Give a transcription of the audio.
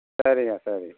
சரிங்க சரி